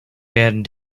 werden